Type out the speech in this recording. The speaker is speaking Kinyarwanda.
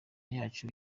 yacu